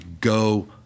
go